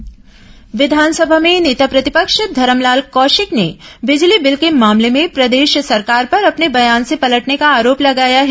बिजली बिल कौशिक बयान विधानसभा में नेता प्रतिपक्ष धरमलाल कौशिक ने बिजली बिल के मामले में प्रदेश सरकार पर अपने बयान से पलटने का आरोप लगाया है